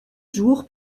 jour